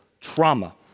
trauma